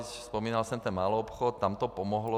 Vzpomínal jsem maloobchod, tam to pomohlo.